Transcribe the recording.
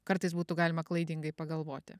kartais būtų galima klaidingai pagalvoti